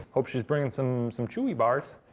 hope she's bringing some some chewy bars.